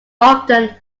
often